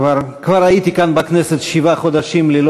כבר ראיתי כאן בכנסת שבעה חודשים ללא